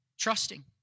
Trusting